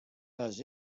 does